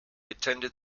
attended